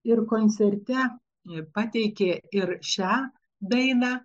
ir koncerte pateikė ir šią dainą